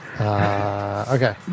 Okay